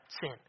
sin